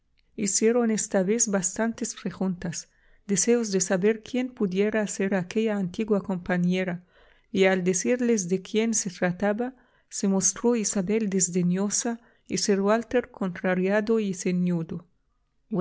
hicieron esta vez bastantes preguntas deseosos de saber quién pudiera ser aquella antigua compañera y al decirles de quién se trataba se mostró isabel desdeñosa y sir walter contrariado y